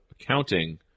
accounting